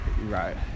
Right